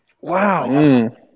Wow